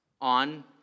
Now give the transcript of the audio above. on